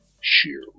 sheer